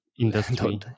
Industry